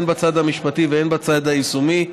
הן בצד המשפטי והן בצד היישומי,